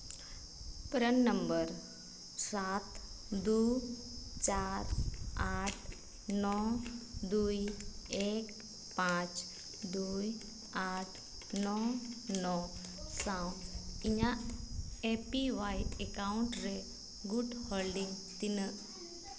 ᱯᱨᱟᱱ number ᱥᱟᱛ ᱫᱩᱭ ᱪᱟᱨ ᱟᱴ ᱱᱚ ᱫᱩᱭ ᱮᱠ ᱯᱟᱸᱪ ᱫᱩᱭ ᱟᱴ ᱱᱚ ᱱᱚ ᱥᱟᱶ ᱤᱧᱟᱹᱜ ᱮ ᱯᱤ ᱚᱣᱟᱭ ᱮᱠᱟᱣᱩᱱᱴ ᱨᱮ ᱜᱩᱰ ᱦᱚᱞᱰᱤᱝ ᱛᱤᱱᱟᱹᱜ